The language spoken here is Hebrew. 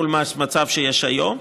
מול המצב שיש היום.